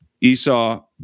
Esau